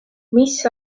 mis